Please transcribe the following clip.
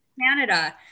Canada